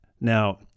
Now